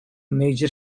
major